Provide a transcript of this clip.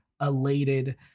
elated